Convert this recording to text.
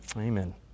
Amen